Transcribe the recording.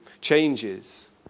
changes